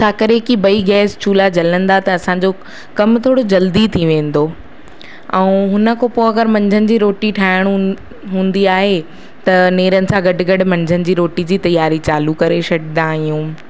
छा करे की ॿई गैस चूल्हा जलंदा त असांजो कम थोरो जल्दी थी वेंदो ऐं हुनखां पोइ अगरि मंझदि जी रोटी ठाहिणी हूं हूंदी आहे त नेरन सां गॾु गॾु मंझदि जी रोटी जी तयारी चालू करे छॾींदा आहियूं